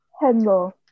Hello